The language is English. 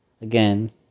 Again